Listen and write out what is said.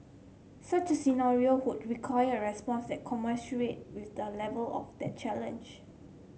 such a scenario would require a response that commensurate with the level of that challenge